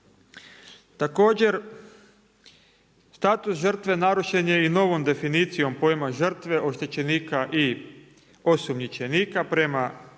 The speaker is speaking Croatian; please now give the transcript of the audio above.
Također status žrtve narušen je i novom definicijom pojma žrtve, oštećenika i osumnjičenika prema